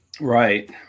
Right